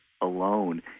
alone